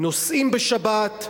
נוסעים בשבת.